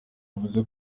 yavuze